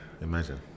Imagine